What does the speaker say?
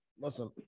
Listen